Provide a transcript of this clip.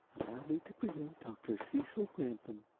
allow me to present dr. cecil granthum.